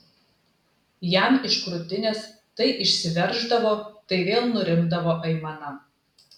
jam iš krūtinės tai išsiverždavo tai vėl nurimdavo aimana